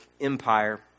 empire